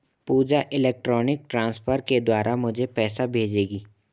पूजा electronic transfer के द्वारा मुझें पैसा भेजेगी